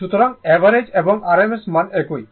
সুতরাং অ্যাভারেজ এবং RMS মান একই